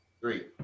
Three